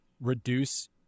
reduce